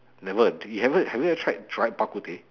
never did you have you have you ever tried dried bak-kut-teh